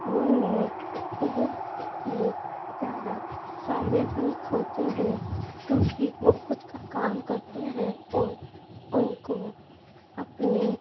وہ لوگ بہت ہی زیادہ فائدے مند ہوتے ہیں کیونکہ وہ خود کا کام کرتے ہیں اور ان کو اپنے